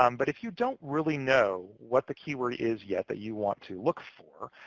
um but if you don't really know what the keyword is yet that you want to look for,